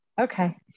Okay